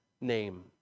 name